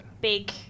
Big